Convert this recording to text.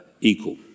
equal